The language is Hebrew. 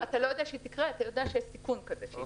אתה לא יודע שהיא תקרה, אתה יודע שיש סיכון כזה.